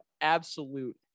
absolute